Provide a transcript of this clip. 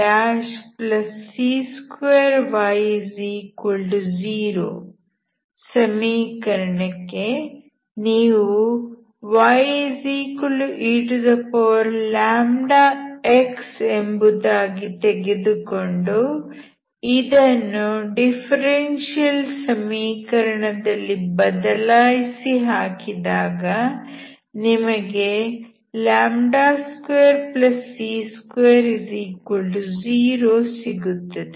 yc2y0 ಸಮೀಕರಣಕ್ಕೆ ನೀವು yeλx ಎಂಬುದಾಗಿ ತೆಗೆದುಕೊಂಡು ಇದನ್ನು ಡಿಫರೆನ್ಷಿಯಲ್ ಸಮೀಕರಣದಲ್ಲಿ ಬದಲಾಯಿಸಿ ಹಾಕಿದಾಗ ನಿಮಗೆ 2c20 ಸಿಗುತ್ತದೆ